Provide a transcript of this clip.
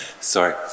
Sorry